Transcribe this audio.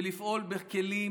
ולפעול בכלים